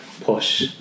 push